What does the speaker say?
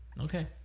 Okay